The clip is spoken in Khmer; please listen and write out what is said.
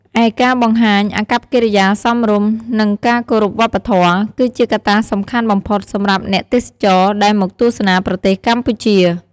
ឯការបង្ហាញ អាកប្បកិរិយាសមរម្យ និងការគោរពវប្បធម៌ គឺជាកត្តាសំខាន់បំផុតសម្រាប់អ្នកទេសចរដែលមកទស្សនាប្រទេសកម្ពុជា។